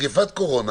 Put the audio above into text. מגפת קורונה